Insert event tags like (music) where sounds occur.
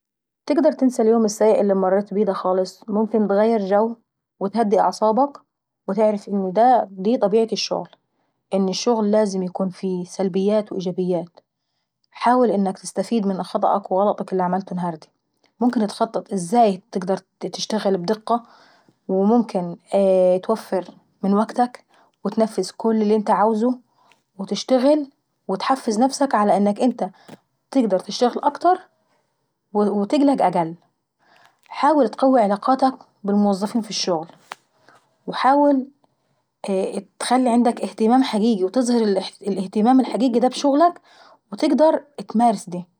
تقدر تنسى اليوم السيء اللي مريت بيه دا خالص. ممكن اتغير جو زتهدي اعصابك وتعرف ان دا دي طبيعة الشغل، والشغل لازم ايكون فيه سلبيات وايجابيات. حاول انك تستفيد من خطأك وغلطك اللي عملته انهردي. ممكن اتخطط ازاي تقدر تشتغل بدقة وممكن (hesitation) توفر من وكتك وتنفذ كل اللي انت عاوزه، وتشتغل وتحفز نفسك ع انك انت تقدر تشتغل اكتر وتقلق أقل. حاول تقوي علاقاتك بالموظفين في الشغل، وحاول تخلي عندك اهتمام حقيقي وتظهر الاهتمام الحقيقي دا بشغلك وتقدر تمارسه.